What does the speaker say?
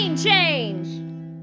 Change